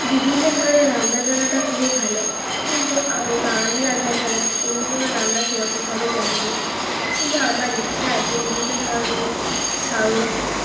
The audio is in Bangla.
বিভিন্ন ধরনের রান্না জানাটা খুবই ভালো কিন্তু আমি বাঙালি রান্না ছাড়া অন্য কোনো রান্না সেরকমভাবে জানিনি কিন্তু আমার ইচ্ছা আছে বিভিন্ন ধরনের সাউথ